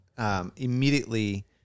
Immediately